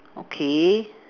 okay